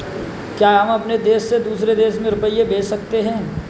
क्या हम अपने देश से दूसरे देश में रुपये भेज सकते हैं?